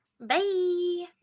Bye